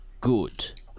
Good